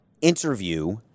interview